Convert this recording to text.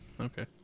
okay